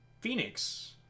Phoenix